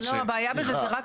הבעיה בזה זו רק